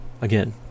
Again